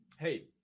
Hey